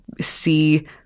see